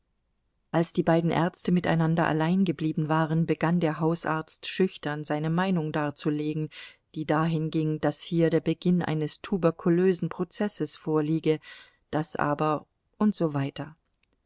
als die beiden ärzte miteinander allein geblieben waren begann der hausarzt schüchtern seine meinung darzulegen die dahin ging daß hier der beginn eines tuberkulösen prozesses vorliege daß aber und so weiter